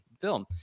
film